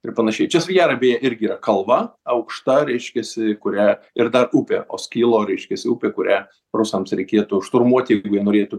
ir panašiai čiasujarabėje irgi yra kalva aukšta reiškiasi kurią ir dar upė oskilo reiškiasi upė kurią rusams reikėtų šturmuot jeigu jienorėtų